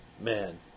Man